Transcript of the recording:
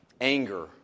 anger